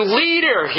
leader